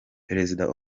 perezida